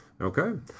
Okay